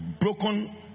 broken